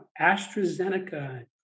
AstraZeneca